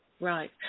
Right